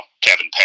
Kevin